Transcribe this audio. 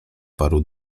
paru